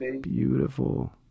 beautiful